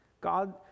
God